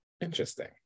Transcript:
Interesting